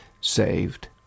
Saved